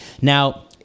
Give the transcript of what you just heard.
Now